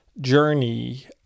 journey